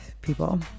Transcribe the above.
people